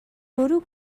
bwrw